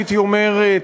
הייתי אומר,